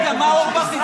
רגע, מה אורבך הצביע?